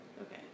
Okay